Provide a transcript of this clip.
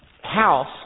House